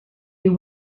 you